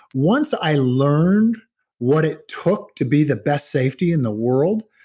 once i learned what it took to be the best safety in the world,